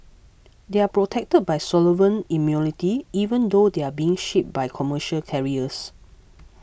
they are protected by sovereign immunity even though they were being shipped by commercial carriers